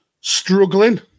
struggling